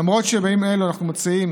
למרות שבימים אלה אנחנו מצויים